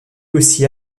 aussi